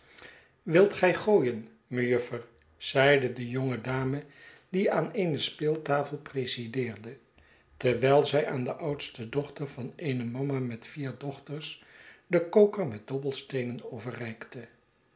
wilt gij gooien mejuffer zeide de jonge dame die aan eene speeltafel presideerde terwijl zij aan de oudste dochter van eene mama met vier dochters den koker met dobbelsteenen overreikte